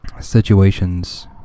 situations